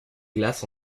glace